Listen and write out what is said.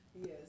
Yes